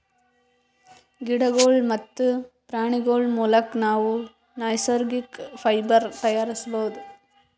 ಗಿಡಗೋಳ್ ಮತ್ತ್ ಪ್ರಾಣಿಗೋಳ್ ಮುಲಕ್ ನಾವ್ ನೈಸರ್ಗಿಕ್ ಫೈಬರ್ ತಯಾರಿಸ್ಬಹುದ್